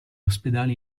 ospedali